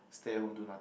stay home do nothing